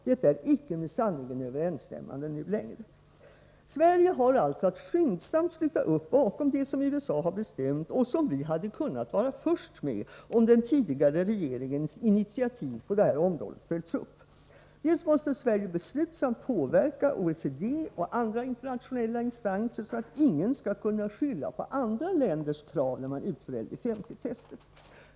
Detta ärinte längre med sanningen överensstämmande. Sverige har alltså att skyndsamt sluta upp bakom det som USA har bestämt — och som vi hade kunnat vara först med, om den tidigare regeringens initiativ på det här området följts upp. Sverige måste också besluta samt påverka OECD och andra internationella instanser, så att ingen skall kunna skylla på andra länders krav när man utför LD 50-tester.